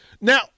Now